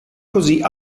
così